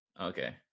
okay